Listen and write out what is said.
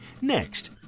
Next